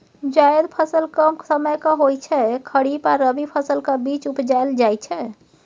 जाएद फसल कम समयक होइ छै खरीफ आ रबी फसलक बीच उपजाएल जाइ छै